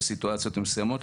בסיטואציות מסוימות,